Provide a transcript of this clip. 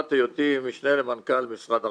מתקופת היותי משנה למנכ"ל משרד הרווחה.